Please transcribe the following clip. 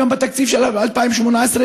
גם בתקציב של 2018,